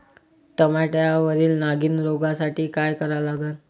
टमाट्यावरील नागीण रोगसाठी काय करा लागन?